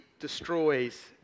Destroys